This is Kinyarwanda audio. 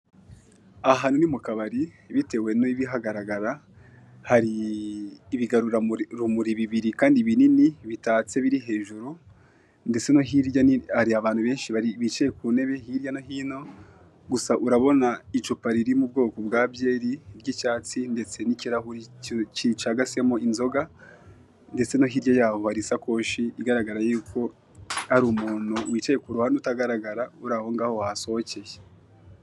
Aha hantu ni mu kabari bitewe n'ibihagaragara, hari ibigarurarumuri bibiri kandi binini bitatse biri hejuru ndetse no hirya hari abantu benshi bicaye hirya no hino gusa urabona icupa riri mu bwoko bwa byeri ry'icyatsi ndetse n'ikirahure gicagasemo inzoga ndetse no hirya yaho hari isakoshi igaragara yuko hari umuntu wicaye ku ruhande utagaragara uri aho ngaho wahasohokeye.